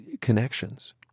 connections